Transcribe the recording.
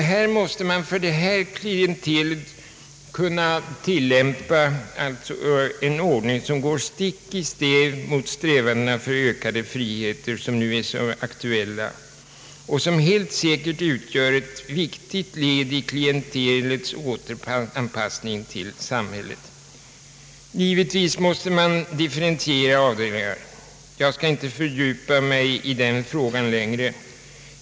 Även för detta klientel måste en ordning som går stick i stäv mot de aktuella strävandena för ökad frihet kunna tillämpas, strävanden som säkert syftar till ett viktigt led i kampen för de intagnas återanpassning till samhället. Givetvis måste avdelningarna differentieras, men jag skall inte fördjupa mig i den frågan.